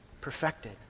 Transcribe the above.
perfected